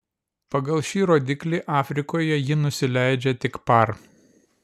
pagal šį rodiklį afrikoje ji nusileidžia tik par